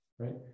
right